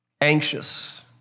anxious